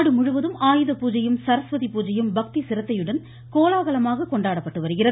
நாடுமுழுவதும் ஆயுத பூஜையும் சரஸ்வதி பூஜையும் பக்தி சிரத்தையுடன் கோலாகலமாக கொண்டாடப்பட்டு வருகிறது